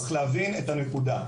צריך להבין את הנקודה.